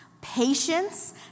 patience